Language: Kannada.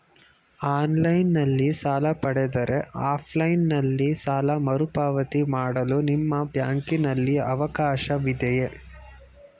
ಆನ್ಲೈನ್ ನಲ್ಲಿ ಸಾಲ ಪಡೆದರೆ ಆಫ್ಲೈನ್ ನಲ್ಲಿ ಸಾಲ ಮರುಪಾವತಿ ಮಾಡಲು ನಿಮ್ಮ ಬ್ಯಾಂಕಿನಲ್ಲಿ ಅವಕಾಶವಿದೆಯಾ?